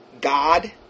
God